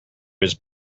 his